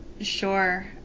sure